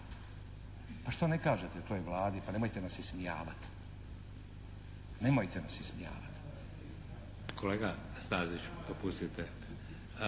pa što ne kažete toj Vladi pa nemojte nas ismijavati. Nemojte nas ismijavati. **Šeks, Vladimir